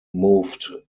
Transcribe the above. moved